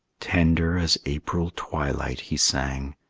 tender as april twilight he sang,